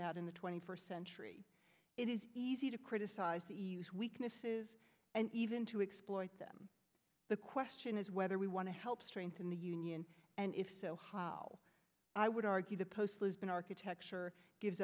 that in the twenty first century it is easy to criticize the weaknesses and even to exploit them the question is whether we want to help strengthen the union and if so how i would argue the post has been architecture gives